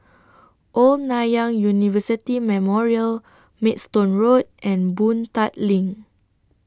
Old Nanyang University Memorial Maidstone Road and Boon Tat LINK